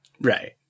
Right